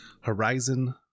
Horizon